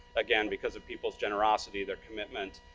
again, because of people's generosity, their commitment.